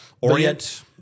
Orient